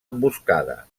emboscada